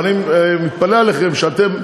ואני מתפלא עליכם שאתם,